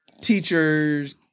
teachers